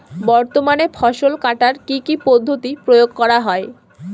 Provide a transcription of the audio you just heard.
বর্তমানে ফসল কাটার কি কি পদ্ধতি প্রয়োগ করা হয়?